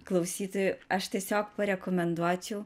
klausytojų aš tiesiog parekomenduočiau